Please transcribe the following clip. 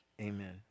Amen